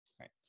Right